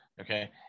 okay